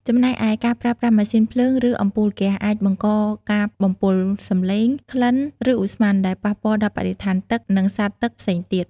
ចំណែកឯ ការប្រើប្រាស់ម៉ាស៊ីនភ្លើង ឬអំពូលហ្គាស អាចបង្កការបំពុលសំឡេង ក្លិន ឬឧស្ម័ន ដែលប៉ះពាល់ដល់បរិស្ថានទឹក និងសត្វទឹកផ្សេងទៀត។